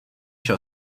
šel